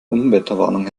unwetterwarnung